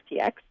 FTX